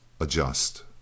adjust